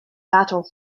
battle